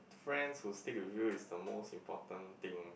friends who stick with you is the most important thing